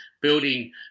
building